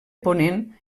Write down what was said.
ponent